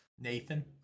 Nathan